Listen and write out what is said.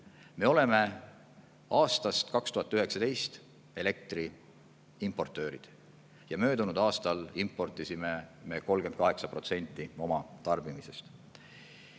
Me oleme aastast 2019 elektriimportöörid. Möödunud aastal importisime me 38% oma tarbimisest.